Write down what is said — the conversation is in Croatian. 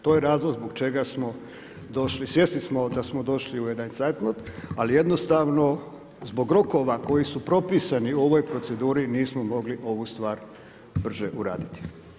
To je razlog zbog čega smo došli, svjesni smo da smo došli u jedan … ali jednostavno zbog rokova koji su propisani u ovoj proceduri, nismo mogli ovu stvar brže uraditi.